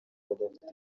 badafite